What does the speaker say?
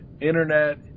internet